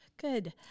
good